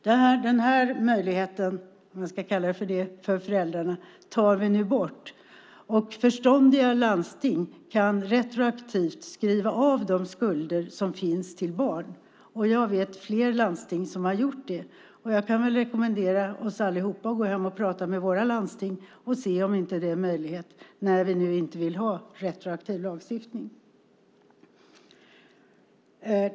Denna möjlighet för föräldrarna - om man nu ska kalla det en möjlighet - tar vi nu bort. Förståndiga landsting kan retroaktivt skriva av de skulder som finns från barn, och jag vet flera landsting som har gjort det. Jag kan rekommendera oss allihop att gå hem och prata med våra landsting och se om detta inte är en möjlighet när vi nu inte vill ha retroaktiv lagstiftning.